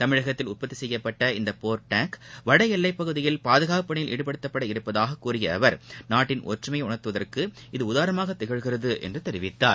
தமிழகத்தில் உற்பத்தி செய்யப்பட்ட இந்த போர் டேங்க் வட எல்லைப் பகுதியில் பாதுகாப்புப் பணியில் ஈடுத்தப்பட உள்ளதாக கூறிய அவர் நாட்டின் ஒற்றுமையை உணர்த்துவதற்கு இது உதாரணமாக திகழ்கிறது என்று தெரிவித்தார்